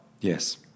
Yes